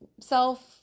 self